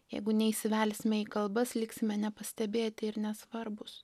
jeigu neįsivelsime į kalbas liksime nepastebėti ir nesvarbūs